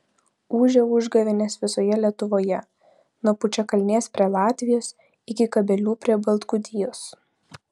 ūžia užgavėnės visoje lietuvoje nuo pučiakalnės prie latvijos iki kabelių prie baltgudijos